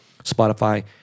Spotify